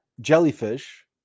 jellyfish